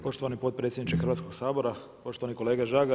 Poštovani potpredsjedniče Hrvatskog sabora, poštovani kolega Žagar.